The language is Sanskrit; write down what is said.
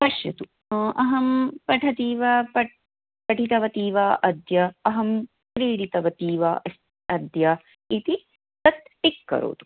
पश्यतु अहं पठती वा पठ् पठितवती वा अद्य अहं क्रीडितवती वा अ अद्य इति तत् टिक् करोतु